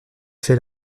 fait